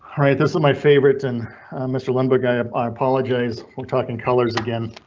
alright, this is my favorite and mr lindberg, i um i apologize. we're talking colors again,